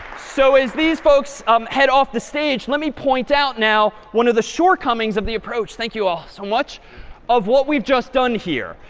so as these folks um head off the stage, let me point out now one of the shortcomings of the approach thank you all so much of what we've just done here.